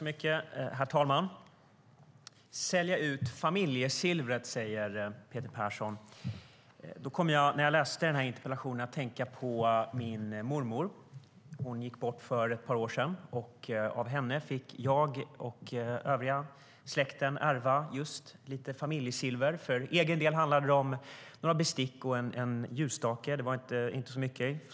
Herr talman! Sälja ut familjesilvret, säger Peter Persson. När jag läste interpellationen kom jag att tänka på min mormor som gick bort för ett par år sedan. Av henne fick jag och övriga släkten ärva just lite familjesilver. För min egen del handlade det inte om så mycket, bara några bestick och en ljusstake.